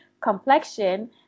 complexion